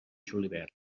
julivert